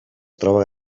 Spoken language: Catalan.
trobe